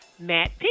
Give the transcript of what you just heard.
Matt